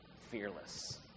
fearless